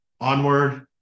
onward